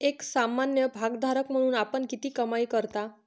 एक सामान्य भागधारक म्हणून आपण किती कमाई करता?